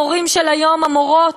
המורים של היום, המורות,